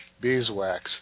beeswax